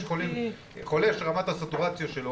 חולה שרמת הסטורציה שלו,